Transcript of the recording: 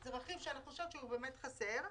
אני חושבת שזה רכיב שהוא באמת חסר.